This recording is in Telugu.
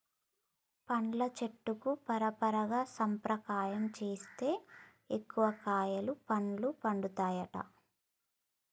పండ్ల చెట్లకు పరపరాగ సంపర్కం చేస్తే ఎక్కువ కాయలు పండ్లు పండుతాయట